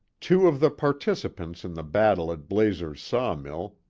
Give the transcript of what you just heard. two of the participants in the battle at blazer's saw mill,